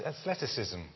athleticism